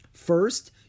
First